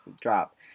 drop